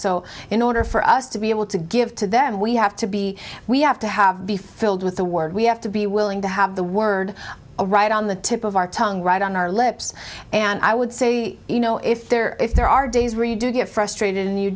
so in order for us to be able to give to them we have to be we have to have be filled with the word we have to be willing to have the word of right on the tip of our tongue right on our lips and i would say you know if there if there are days where you do get frustrated when you